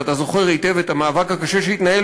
ואתה זוכר היטב את המאבק הקשה שהתנהל